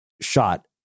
shot